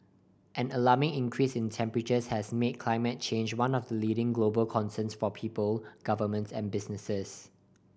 an alarming increase in temperatures has made climate change one of the leading global concerns for people governments and businesses